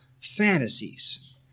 fantasies